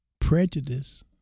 prejudice